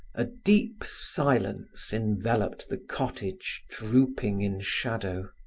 a deep silence enveloped the cottage drooping in shadow.